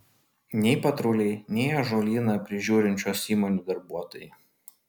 nei patruliai nei ąžuolyną prižiūrinčios įmonės darbuotojai